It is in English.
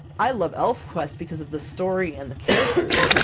i love elfquest because of the story and the characters,